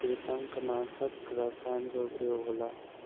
कृतंकनाशक रसायन के उपयोग होला